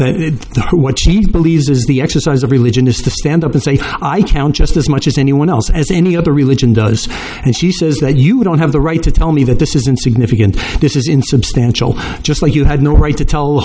know what she believes is the exercise of religion is to stand up and say i count just as much as anyone else as any other religion does and she says that you don't have the right to tell me that this isn't significant this is insubstantial just like you had no right to tell